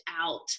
out